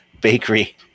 bakery